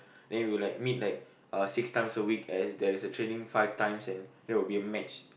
then we will like meet like uh six times a week as there is a training five times and that will be the max